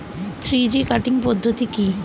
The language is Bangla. থ্রি জি কাটিং পদ্ধতি কি?